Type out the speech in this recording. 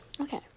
Okay